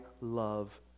love